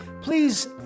please